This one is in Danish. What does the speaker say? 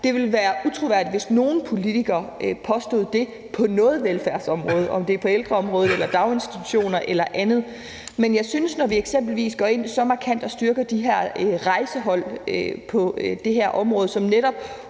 Det ville være utroværdigt, hvis nogen politiker påstod det på noget velfærdsområde, om det så er på ældreområdet, daginstitutionsområdet eller andet, men jeg synes, at vi eksempelvis går ind og så markant styrker de her rejsehold på det her område, som netop